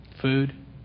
Food